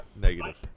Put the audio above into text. negative